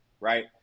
right